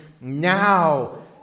now